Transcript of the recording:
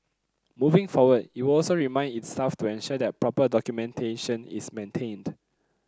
moving forward it will also remind its staff to ensure that proper documentation is maintained